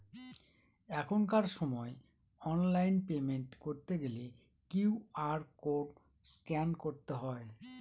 এখনকার সময় online payment করতে গেলে কিউ.আর কোড স্ক্যান করতে হয়